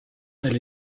elle